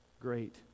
great